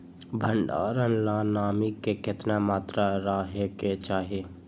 भंडारण ला नामी के केतना मात्रा राहेके चाही?